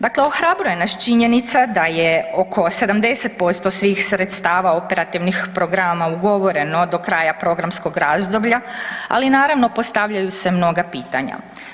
Dakle, ohrabruje naš činjenica da je oko 70% svih sredstava operativnih programa ugovoreno do kraja programskog razdoblja, ali, naravno, postavljaju se mnoga pitanja.